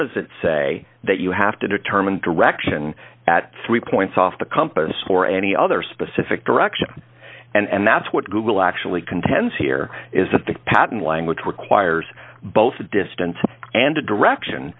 does it say that you have to determine direction at three points off the compass or any other specific direction and that's what google actually contends here is that the patent language requires both distance and direction